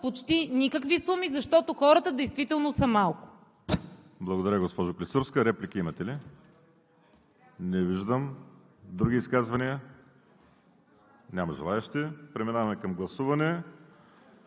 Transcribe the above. почти никакви суми, защото хората действително са малко.